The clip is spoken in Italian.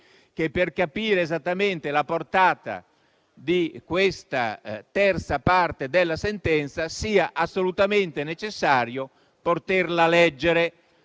che per capire esattamente la portata di questa terza parte della sentenza sia assolutamente necessario poterla leggere.